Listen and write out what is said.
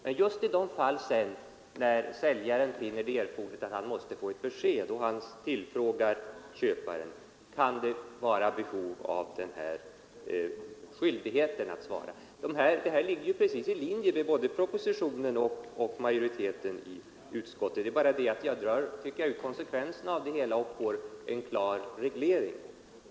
Men det kan finnas behov av en skyldighet för köparen att svara just i de fall där säljaren finner det erforderligt att få ett besked och tillfrågar köparen. Det ligger i linje med både propositionen och den uppfattning som utskottsmajoriteten har; jag drar bara ut konsekvenserna av det hela och får en klar reglering.